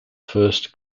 first